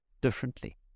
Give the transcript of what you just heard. differently